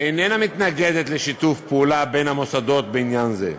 איננה מתנגדת לשיתוף פעולה בין המוסדות בעניין זה.